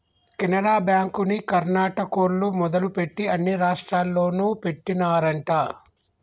కెనరా బ్యాంకుని కర్ణాటకోల్లు మొదలుపెట్టి అన్ని రాష్టాల్లోనూ పెట్టినారంట